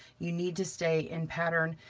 you need to stay in pattern.